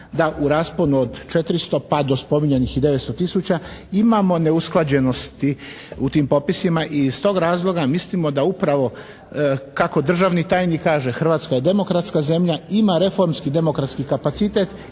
da u rasponu od 400 pa do spominjanih i 900 tisuća imamo neusklađenosti u tim popisima i iz tog razloga mislimo da upravo kako državni tajnik kaže, Hrvatska je demokratska zemlja, ima reformski demokratski kapacitet